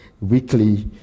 weekly